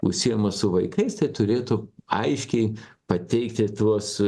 užsiėma su vaikais tai turėtų aiškiai pateikti tuos